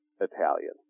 Italian